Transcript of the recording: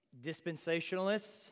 dispensationalists